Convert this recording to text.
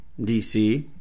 DC